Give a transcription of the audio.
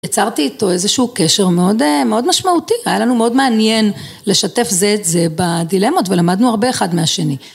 יצרתי איתו איזשהו קשר מאוד משמעותי, היה לנו מאוד מעניין לשתף זה את זה בדילמות ולמדנו הרבה אחד מהשני.